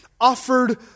offered